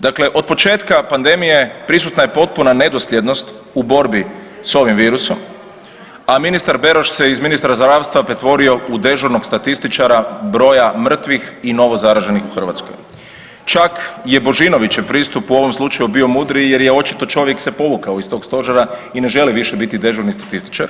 Dakle, od početka pandemije prisutna je potpuna nedosljednost u borbi s ovim virusom, a ministar Beroš se iz ministra zdravstva pretvorio u dežurnog statističara broja mrtvih i novo zareženih u Hrvatskoj, čak je Božinovićev pristup u ovom slučaju bio mudriju jer je očito čovjek se povukao iz tog stožera i ne želi više biti dežurni statističar,